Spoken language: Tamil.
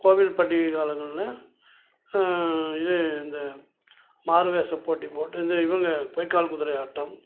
கோவில் பண்டிகை காலங்களில் இது இந்த மாறுவேஷ போட்டி போட்டு இது இவங்க பொய்க்கால் குதிரையாட்டம்